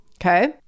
okay